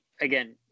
again